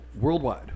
worldwide